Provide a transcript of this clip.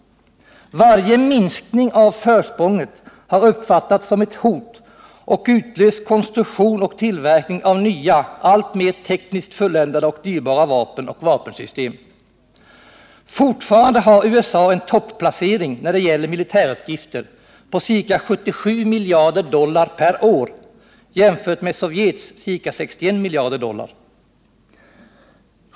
Varje minskning av försprånget har uppfattats som ett hot och utlöst konstruktion och tillverkning av nya, alltmer tekniskt fulländade och dyrbara vapen och vapensystem. Fortfarande har USA en topplacering när det gäller militärutgifter på ca 77 miljarder dollar per år jämfört med Sovjets ca 61 miljarder dollar.